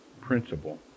principle